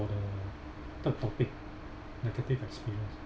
for the third topic negative experience